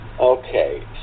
Okay